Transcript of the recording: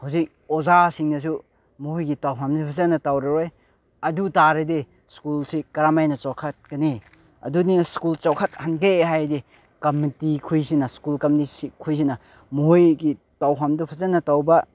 ꯍꯧꯖꯤꯛ ꯑꯣꯖꯥꯁꯤꯡꯅꯁꯨ ꯃꯈꯣꯏꯒꯤ ꯇꯧꯐꯝꯁꯦ ꯐꯖꯅ ꯇꯧꯔꯔꯣꯏ ꯑꯗꯨꯇꯥꯔꯗꯤ ꯁ꯭ꯀꯨꯜꯁꯤ ꯀꯔꯝꯍꯥꯏꯅ ꯆꯥꯎꯈꯠꯀꯅꯤ ꯑꯗꯨꯅꯤ ꯁ꯭ꯀꯨꯜ ꯆꯥꯎꯈꯠꯍꯟꯒꯦ ꯍꯥꯏꯔꯗꯤ ꯀꯝꯃꯤꯇꯤꯈꯣꯏꯁꯤꯅ ꯁ꯭ꯀꯨꯜ ꯀꯝꯃꯤꯇꯤꯈꯣꯏꯁꯤꯅ ꯃꯣꯈꯣꯏꯒꯤ ꯇꯧꯐꯝꯗꯣ ꯐꯖꯅ ꯇꯧꯕ